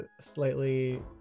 slightly